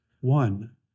one